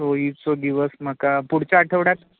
सोईचा दिवस माका पुढच्या आठवड्यात